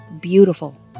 beautiful